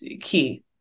key